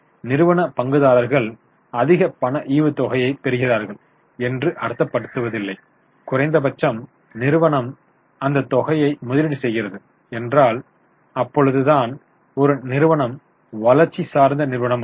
நிறுவன பங்குதாரர்கள் அதிக பண ஈவுத்தொகையை பெறுகிறார்கள் என்று அர்த்தப்படுத்துவதில்லை குறைந்த பட்சம் நிறுவனம் அந்தத் தொகையை முதலீடு செய்கிறது என்றால் அப்பொழுது தான் ஒரு நிறுவனம் வளர்ச்சி சார்ந்த நிறுவனமாகும்